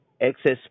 excess